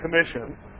Commission